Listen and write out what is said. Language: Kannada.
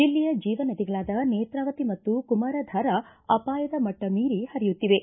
ಜಿಲ್ಲೆಯ ಜೀವ ನದಿಗಳಾದ ನೇತ್ರಾವತಿ ಮತ್ತು ಕುಮಾರಧಾರ ಅಪಾಯದ ಮಟ್ನ ಮೀರಿ ಪರಿಯುತ್ತಿವೆ